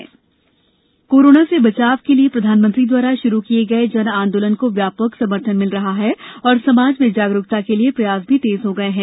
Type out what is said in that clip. जन आंदोलन कोरोना से बचाव के लिए प्रधानमंत्री द्वारा शुरू किये गये जन आंदोलन को व्यापक समर्थन मिल रहा है और समाज में जागरूकता के लिए प्रयास तेज हो गये है